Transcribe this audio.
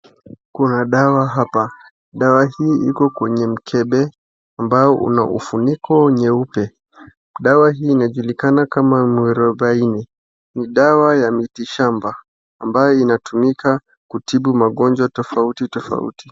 Kuna dawa hapa. Dawa hii iko kwenye mkebe ambao una ufuniko nyeupe. Dawa hii inajulikana kama Muarubaini. Ni dawa ya miti shamba ambayo inatumika kutibu magonjwa tofauti tofauti.